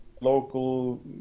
local